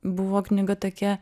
buvo knyga tokia